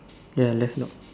ya left knob